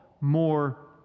more